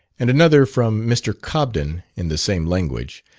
and another from mr. cobden in the same language,